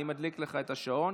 אני מדליק לך את השעון.